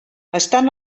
estan